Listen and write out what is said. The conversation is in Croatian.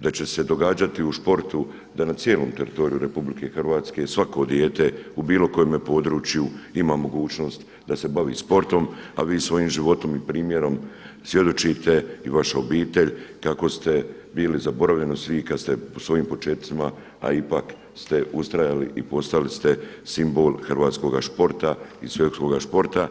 da će se događati u sportu da na cijelom teritoriju RH svako dijete u bilo kojemu području ima mogućnost da se bavi sportom a vi svojim životom i primjerom svjedočite i vaša obitelj kako ste bili zaboravljeni od svih kad ste u svojim počecima a ipak ste ustrajali i postali ste simbol hrvatskoga sporta i svjetskoga sporta.